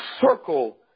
circle